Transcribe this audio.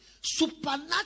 Supernatural